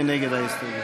מי נגד ההסתייגות?